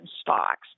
stocks